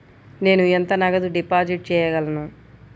నేను ఎంత నగదు డిపాజిట్ చేయగలను?